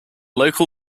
local